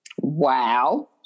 Wow